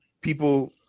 people